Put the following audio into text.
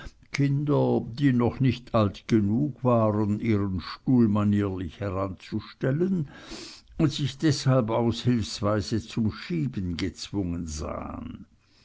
kinder die noch nicht alt genug waren ihren stuhl manierlich heranzustellen und sich deshalb aushilfeweise zum schieben gezwungen sahen